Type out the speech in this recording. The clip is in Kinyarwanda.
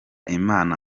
imana